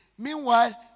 Meanwhile